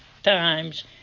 Times